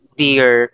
dear